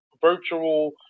virtual